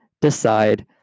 decide